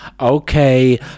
okay